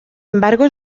embargo